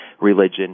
religion